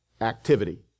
activity